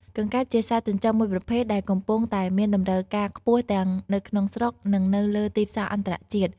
កង្កែប ជាសត្វចិញ្ចឹមមួយប្រភេទដែលកំពុងតែមានតម្រូវការខ្ពស់ទាំងនៅក្នុងស្រុក និងនៅលើទីផ្សារអន្តរជាតិ។